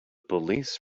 police